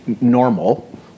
normal